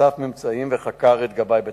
אסף ממצאים וחקר את גבאי בית-הכנסת.